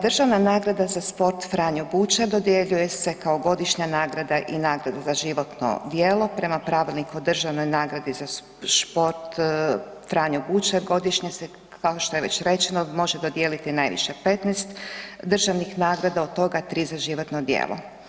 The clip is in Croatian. Državna nagrada za sport „Franjo Bučar“ dodjeljuje se kao godišnja nagrada i nagrada za životno djelo prema Pravilniku o državnoj nagradi za šport „Franjo Bučar“ godišnje se, kao što je već rečeno, može dodijeliti najviše 15 državnih nagrada, od toga 3 za životno djelo.